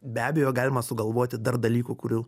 be abejo galima sugalvoti dar dalykų kurių